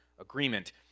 agreement